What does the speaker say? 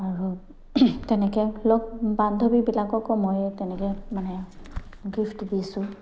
আৰু তেনেকে লগৰ বান্ধৱীবিলাককো মই তেনেকে মানে গিফ্ট দিছোঁ